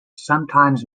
sometimes